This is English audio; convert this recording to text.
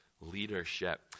leadership